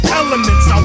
elements